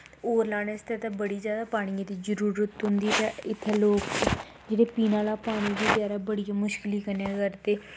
ते होर लाने आस्तै ते पानियै दी बड़ी जादा पानियै दी जरूरत होंदी ऐ इत्थें लोक जेह्ड़े पीने आह्ला पानी दा गज़ारा बड़ी मुश्कल कन्नै करदे